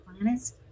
planets